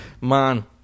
man